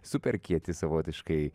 superkieti savotiškai